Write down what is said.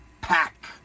pack